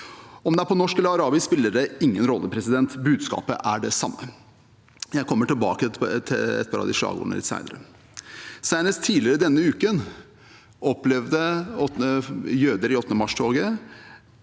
Om det er på norsk eller arabisk, spiller ingen rolle: Budskapet er det samme. Jeg kommer tilbake til et par av de slagordene senere. Senest tidligere i denne uken opplevde jøder i 8. mars-toget